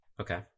Okay